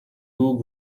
two